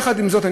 יחד עם זאת,